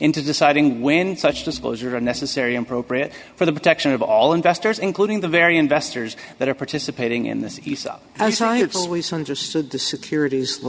into deciding when such disclosure of necessary appropriate for the protection of all investors including the very investors that are participating in this isa suisse understood the securities